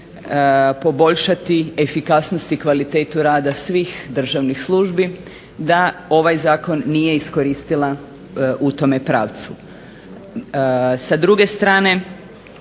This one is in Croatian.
poboljšati efikasnost i kvalitetu rada svih državnih službi, da ovaj zakon nije iskoristila u tome pravcu. Sa druge strane,